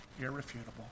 irrefutable